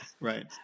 right